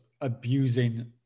abusing